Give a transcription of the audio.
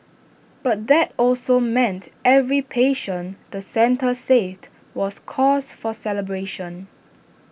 but that also meant every patient the centre saved was cause for celebration